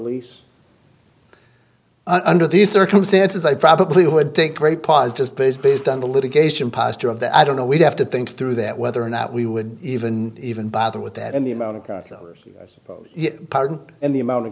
lease under these circumstances i probably would take great pause just because based on the litigation posture of the i don't know we'd have to think through that whether or not we would even even bother with that and the amount of pardon and the amount of